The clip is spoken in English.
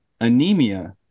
anemia